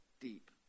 deep